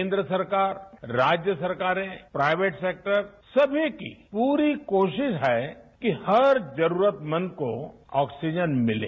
केन्द्र व सरकारराज्य सरकारें प्राइवेट सेक्टर सभी की पूरी कोशिश है कि हर जरूरतमंद को ऑक्सीजन मिले